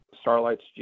Starlight's